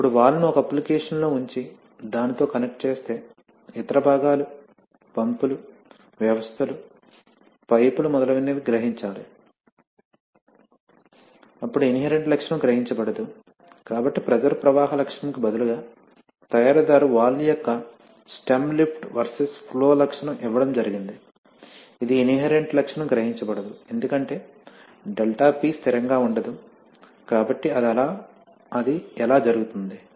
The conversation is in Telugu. ఇప్పుడు వాల్వ్ను ఒక అప్లికేషన్లో ఉంచి దానితో కనెక్ట్ చేస్తే ఇతర భాగాలు పంపులు వ్యవస్థలు పైపులు మొదలైనవి గ్రహించాలి అప్పుడు ఇన్హెరెంట్ లక్షణం గ్రహించబడదు కాబట్టి ప్రెషర్ ప్రవాహ లక్షణం కి బదులుగా తయారీదారు వాల్వ్ యొక్క స్టెమ్ లిఫ్ట్ వర్సెస్ ఫ్లో లక్షణం ఇవ్వడం జరిగింది ఇది ఇన్హెరెంట్ లక్షణం గ్రహించబడదు ఎందుకంటే ∆P స్థిరంగా ఉండదు కాబట్టి అది ఎలా జరుగుతుంది